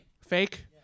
fake